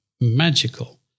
magical